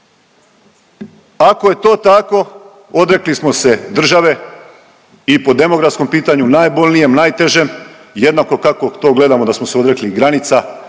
Ako je to tako odrekli smo se države i po demografskom pitanju najbolnijem, najtežem, jednako kako to gledamo da smo se odrekli i granica